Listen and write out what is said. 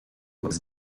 was